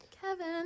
kevin